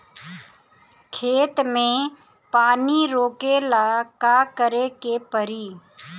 खेत मे पानी रोकेला का करे के परी?